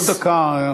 עוד דקה.